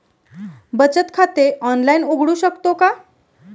बचत खाते ऑनलाइन उघडू शकतो का?